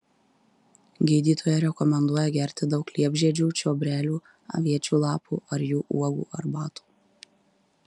gydytoja rekomenduoja gerti daug liepžiedžių čiobrelių aviečių lapų ar jų uogų arbatų